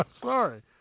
sorry